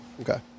Okay